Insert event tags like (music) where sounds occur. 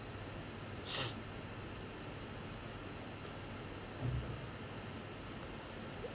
(noise)